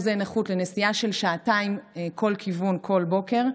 נכות לנסיעה של שעתיים לכל כיוון כל בוקר.